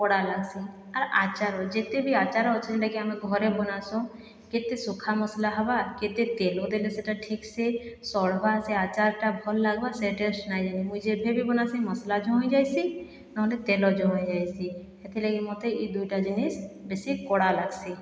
କଡ଼ା ଲାଗ୍ସି ଆର୍ ବି ଆଚାର ଯେତେବି ଆଚାର ଅଛେ ଯେନ୍ ଟାକି ଆମେ ଘର ବନାସୁଁ କେତେ ଶୁଖା ମସଲା ହେବା କେତେ ତେଲ ଦେଲେ ସେହିଟା ଠିକ୍ସେ ସଢ଼୍ବା ସେ ଆଚାରଟା ଭଲ୍ ଲାଗ୍ବା ସେ ଟେଷ୍ଟ ନାହିଁ ଜାନି ମୁଁ ଯେବେବି ବନାସି ମସଲା ଜମି ଯାଇସି ନହେଲେ ତେଲ ଜମି ଯାଇସି ହେଥିଲାଗି ମୋତେ ଏହି ଦୁଇଟା ଜିନିଷ ବେଶୀ କଡ଼ା ଲାଗ୍ସି